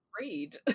read